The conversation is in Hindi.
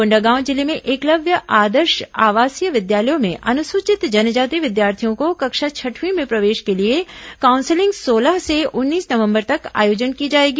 कोंडागांव जिले में एकलव्य आदर्श आवासीय विद्यालयों में अनुसूचित जनजाति विद्यार्थियों को कक्षा छठवीं में प्रवेश के लिए काउंसिलिंग सोलह से उन्नीस नवंबर तक आयोजन की जाएगी